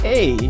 Hey